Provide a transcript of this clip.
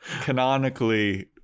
Canonically